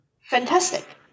Fantastic